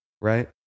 right